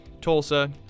Tulsa